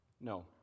No